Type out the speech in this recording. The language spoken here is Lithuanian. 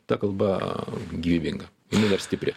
ta kalba gyvybinga jinai dar stipri